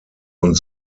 und